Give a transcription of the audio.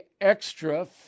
extra